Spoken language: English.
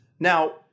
Now